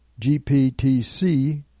GPTC